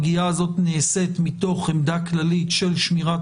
הפגיעה הזאת נעשית מתוך עמדה כללית של שמירת